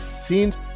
Scenes